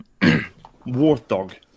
Warthog